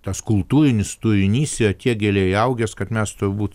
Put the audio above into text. tas kultūrinis turinys yra tiek giliai įaugęs kad mes turbūt